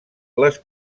les